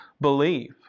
believe